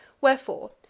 Wherefore